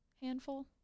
handful